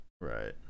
Right